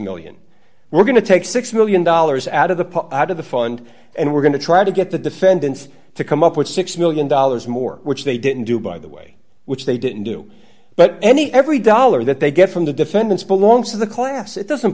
dollars we're going to take six million dollars out of the pop out of the fund and we're going to try to get the defendants to come up with six million dollars more which they didn't do by the way which they didn't do but any every dollar that they get from the defendants belongs to the class it doesn't